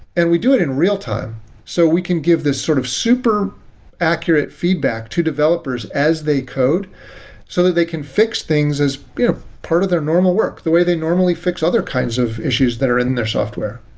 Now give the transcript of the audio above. and we do it in real time so we can give this sort of super accurate feedback to developers as they code so that they can fix things as you know part of their normal work, the way they normally fix other kinds of issues that are in their software.